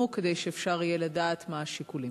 כדי שאפשר יהיה לדעת מה השיקולים?